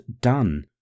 done